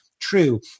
true